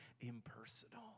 impersonal